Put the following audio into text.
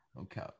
okay